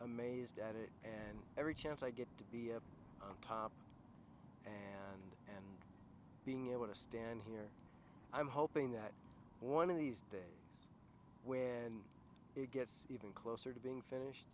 amazed at it and every chance i get to be on top of being able to stand here i'm hoping that one of these days when it gets even closer to being finished